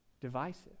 Divisive